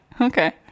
Okay